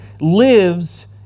lives